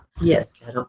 Yes